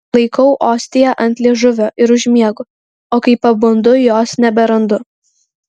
laikau ostiją ant liežuvio ir užmiegu o kai pabundu jos neberandu